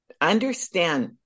understand